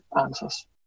answers